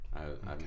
Okay